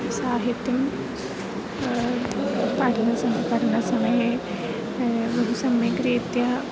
साहित्यं पाठनसमयः पटनसमये बहु सम्यक् रीत्या